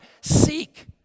seek